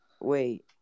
wait